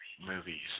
Movies